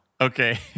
Okay